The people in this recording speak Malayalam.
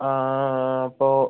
അപ്പോൾ